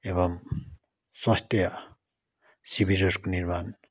एवम् स्वास्थ्य शिविरहरूको निर्माण